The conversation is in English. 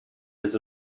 his